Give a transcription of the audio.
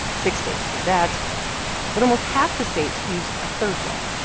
six states do that but almost half the states use a third way,